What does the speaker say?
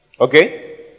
Okay